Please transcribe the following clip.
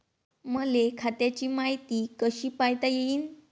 मले खात्याची मायती कशी पायता येईन?